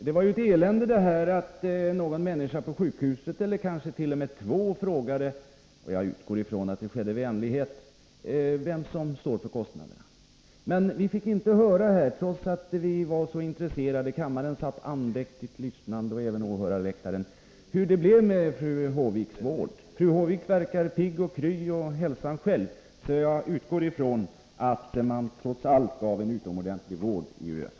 Det var ju ett elände att någon människa på sjukhuset, eller kansket.o.m. två, frågade — och jag utgår ifrån att det skedde i vänlighet — vem som står för kostnaderna. I kammaren och även på åhörarläktaren satt man andäktigt lyssnande, men trots det stora intresset fick vi inte höra hur det blev med fru Håviks vård. Fru Håvik verkar frisk och kry och hälsan själv, så jag utgår ifrån att man trots allt gav en utomordentlig vård i USA.